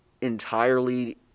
entirely